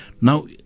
Now